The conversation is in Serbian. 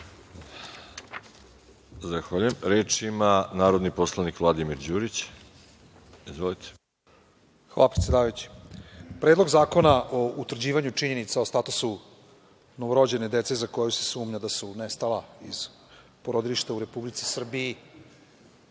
Zahvaljujem. Reč ima narodni poslanik Vladimir Đurić. Izvolite. **Vladimir Đurić** Hvala, predsedavajući. Predlog zakona o utvrđivanju činjenica o statusu novorođene dece za koju se sumnja da su nestala iz porodilišta u Republici Srbiji